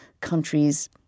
countries